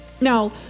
Now